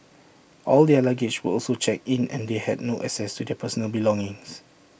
all their luggage were also checked in and they had no access to their personal belongings